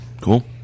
Cool